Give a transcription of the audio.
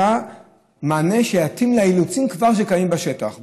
היה מענה שהתאים לאילוצים שכבר קיימים בשטח,